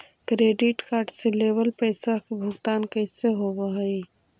Credit card से लेवल पैसा के भुगतान कैसे होव हइ?